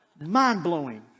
Mind-blowing